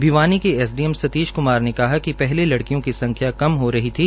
भिवानी के एसडीएम सतीश कुमार ने कहा कि पहले लड़कियों की संख्या कम हो रही थी